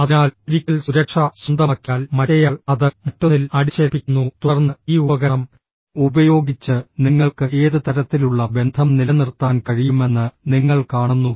അതിനാൽ ഒരിക്കൽ സുരക്ഷ സ്വന്തമാക്കിയാൽ മറ്റേയാൾ അത് മറ്റൊന്നിൽ അടിച്ചേൽപ്പിക്കുന്നു തുടർന്ന് ഈ ഉപകരണം ഉപയോഗിച്ച് നിങ്ങൾക്ക് ഏത് തരത്തിലുള്ള ബന്ധം നിലനിർത്താൻ കഴിയുമെന്ന് നിങ്ങൾ കാണുന്നു